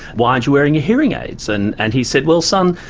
why aren't you wearing your hearing aids? and and he said, well son,